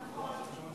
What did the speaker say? נכון.